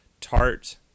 tart